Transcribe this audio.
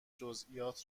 جزییات